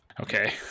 Okay